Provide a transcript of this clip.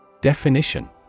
Definition